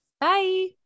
Bye